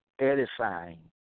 edifying